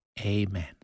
Amen